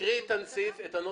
תקריאי את הנוסח.